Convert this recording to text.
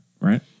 right